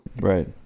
right